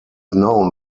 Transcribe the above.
known